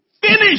Finish